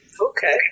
okay